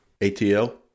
ATL